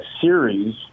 series